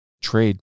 trade